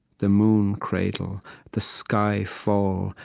the moon cradle the sky fall,